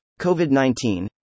COVID-19